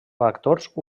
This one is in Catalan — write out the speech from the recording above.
factors